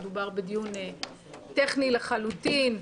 מדובר בדיון טכני לחלוטין,